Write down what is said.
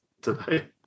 today